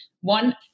one